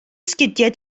sgidiau